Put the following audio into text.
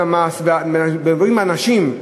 ומדברים עם אנשים,